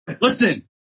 Listen